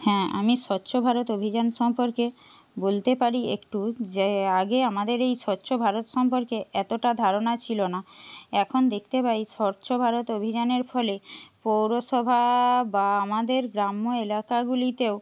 হ্যাঁ আমি স্বচ্ছ ভারত অভিযান সম্পর্কে বলতে পারি একটু যে আগে আমাদের এই স্বচ্ছ ভারত সম্পর্কে এতটা ধারণা ছিল না এখন দেখতে পাই স্বচ্ছ ভারত অভিযানের ফলে পৌরসভা বা আমাদের গ্রাম্য এলাকাগুলিতেও